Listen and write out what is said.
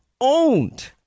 owned